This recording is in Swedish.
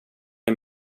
den